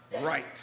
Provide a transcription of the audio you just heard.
right